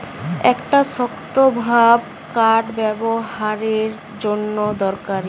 একটা শক্তভাব কাঠ ব্যাবোহারের জন্যে দরকারি